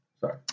sorry